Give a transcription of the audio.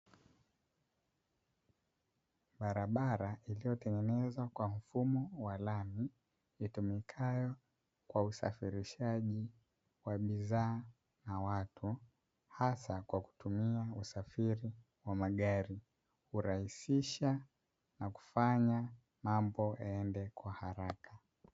Barabara iliyotengenezwa kwa mfumo wa lami itumikayo kwa usafirishaji wa bidhaa na watu hasa kwa kutumia usafiri wa mgari, hurahisisha na kufanya mambo yaende kwa haraka.